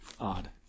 odd